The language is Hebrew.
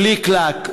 פליק-לק,